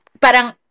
parang